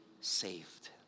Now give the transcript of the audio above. saved